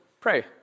pray